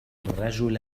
الرجل